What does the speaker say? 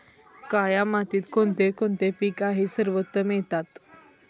काया मातीत कोणते कोणते पीक आहे सर्वोत्तम येतात?